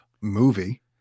movie